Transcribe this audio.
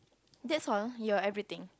that's all your everything